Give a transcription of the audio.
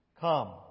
Come